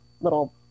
little